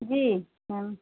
जी ma'am